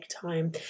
time